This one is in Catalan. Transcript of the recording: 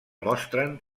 mostren